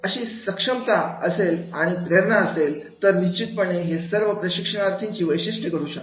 अशी सक्षमता असेल आणि प्रेरणा असेल तर निश्चितपणे हे सर्व प्रशिक्षणार्थींची वैशिष्ट्ये घडू शकतात